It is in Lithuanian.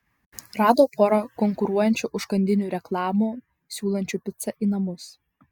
rado porą konkuruojančių užkandinių reklamų siūlančių picą į namus